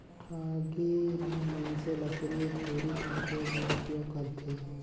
टागी ल मइनसे लकरी झूरी काटे बर उपियोग करथे